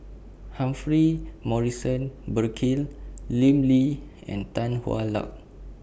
Humphrey Morrison Burkill Lim Lee and Tan Hwa Luck